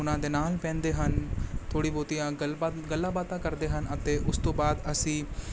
ਉਹਨਾਂ ਦੇ ਨਾਲ ਬਹਿੰਦੇ ਹਨ ਥੋੜ੍ਹੀ ਬਹੁਤੀਆਂ ਗੱਲ ਬਾਤ ਗੱਲਾਂ ਬਾਤਾਂ ਕਰਦੇ ਹਨ ਅਤੇ ਉਸ ਤੋਂ ਬਾਅਦ ਅਸੀਂ